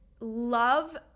love